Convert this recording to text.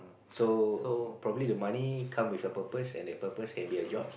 so probably the money come with a purpose and the purpose can be a job